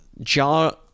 jar